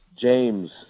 james